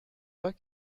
pas